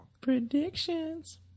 Predictions